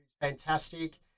fantastic